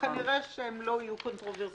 שכנראה שהן לא יהיו קונטרוברסליות.